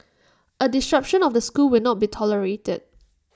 A disruption of the school will not be tolerated